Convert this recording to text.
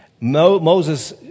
Moses